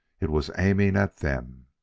it was aiming at them.